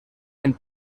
and